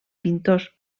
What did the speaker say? pintors